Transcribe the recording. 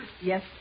Yes